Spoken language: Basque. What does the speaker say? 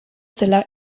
zela